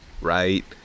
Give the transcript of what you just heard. right